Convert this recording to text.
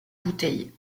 bouteille